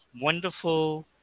wonderful